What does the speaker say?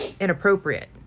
inappropriate